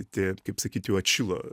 tie kaip sakyt jau atšilo